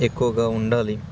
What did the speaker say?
ఎక్కువగా ఉండాలి